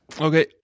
Okay